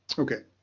okay,